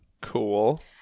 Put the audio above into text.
Cool